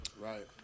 Right